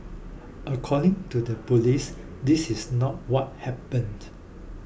according to the police this is not what happened